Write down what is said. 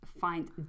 find